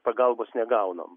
pagalbos negaunam